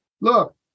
look